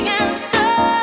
answer